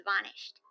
vanished